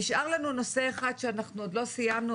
נשאר לנו נושא אחד שאנחנו עוד לא סיימנו